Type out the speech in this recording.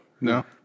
No